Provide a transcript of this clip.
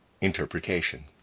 interpretation